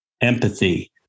empathy